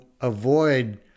avoid